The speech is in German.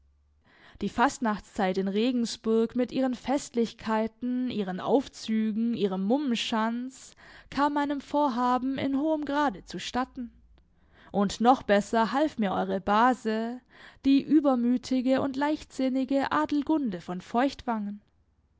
die fastnachtszeit in regensburg mit ihren festlichkeiten ihren aufzügen ihrem mummenschanz kam meinem vorhaben in hohem grade zustatten und noch besser half mir eure base die übermütige und leichtsinnige adelgunde von feuchtwangen